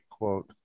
quote